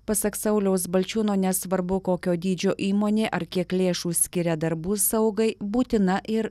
pasak sauliaus balčiūno nesvarbu kokio dydžio įmonė ar kiek lėšų skiria darbų saugai būtina ir